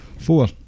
four